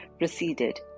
receded